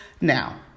now